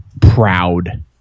proud